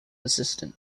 assistant